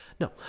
No